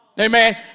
Amen